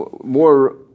more